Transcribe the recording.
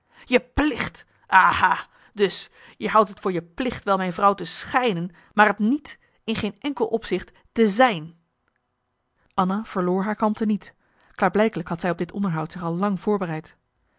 je plicht aha dus jij houdt het voor je plicht wel mijn vrouw te schijnen maar t niet in geen enkel opzicht te zijn anna verloor haar kalmte niet klaarblijkelijk had zij op dit onderhoud zich al lang voorbereid